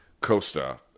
Costa